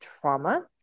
trauma